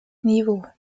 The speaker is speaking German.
niveau